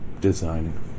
designing